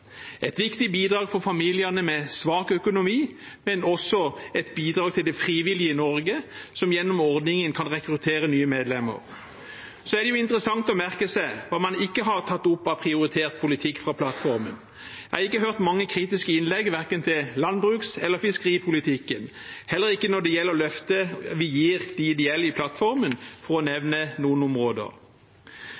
et viktig bidrag for familiene med svak økonomi, men også et bidrag til det frivillige Norge, som gjennom ordningen kan rekruttere nye medlemmer. Så er det jo interessant å merke seg hva man ikke har tatt opp av prioritert politikk fra plattformen. Jeg har ikke hørt mange kritiske innlegg verken til landbrukspolitikken eller til fiskeripolitikken, heller ikke når det gjelder løftet vi gir de ideelle i plattformen, for å